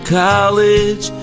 college